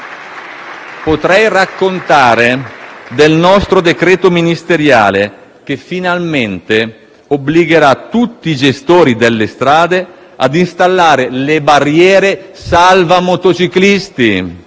del nostro decreto ministeriale che finalmente obbligherà tutti i gestori delle strade a installare le barriere salva motociclisti.